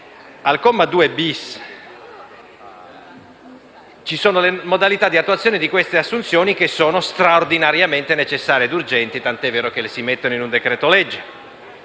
Al comma 2-*bis* sono previste le modalità di attuazione delle assunzioni, che sono straordinariamente necessarie e urgenti, tant'è vero che si inseriscono in un decreto-legge.